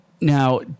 now